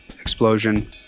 explosion